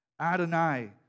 Adonai